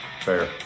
Fair